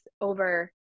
over